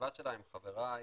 לכתיבה שלה עם חבריי